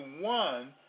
one